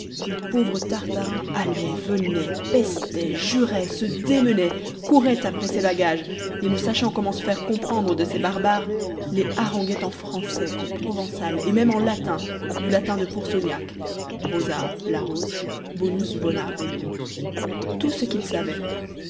le pauvre tartarin allait venait pestait jurait se démenait courait après ses bagages et ne sachant comment se faire comprendre de ces barbares les haranguait en français en provençal et même en latin du latin de pourceaugnac rosa la rose bonus bona bonum tout ce qu'il savait